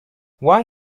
one